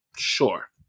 Sure